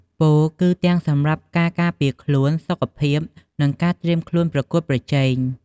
ពោលគឺទាំងសម្រាប់ការការពារខ្លួន សុខភាព និងការត្រៀមខ្លួនប្រកួតប្រជែង។